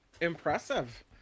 Impressive